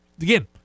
Again